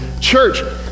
church